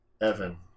Evan